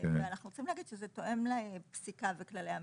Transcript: ואנחנו רוצים להגיד שזה תואם לפסיקה בכללי המשק,